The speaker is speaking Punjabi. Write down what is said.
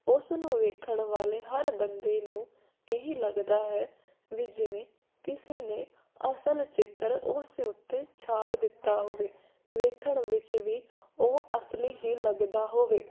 ਉਸ ਨੂੰ ਵੇਖਣ ਵਾਲੇ ਹਰ ਬੰਦੇ ਨੂੰ ਇਹ ਲੱਗਦਾ ਹੈ ਵੀ ਜਿਵੇਂ ਕਿਸੇ ਨੇ ਅਸਲ ਚਿੱਤਰ ਉਸ ਉੱਤੇ ਛਾਪ ਦਿੱਤਾ ਹੋਵੇ ਵੇਖਣ ਵਿੱਚ ਵੀ ਉਹ ਅਸਲੀ ਹੀ ਲੱਗਦਾ ਹੋਵੇ